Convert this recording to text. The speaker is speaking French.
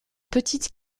petite